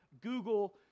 Google